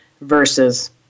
versus